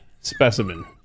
specimen